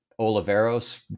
Oliveros